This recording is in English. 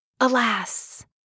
alas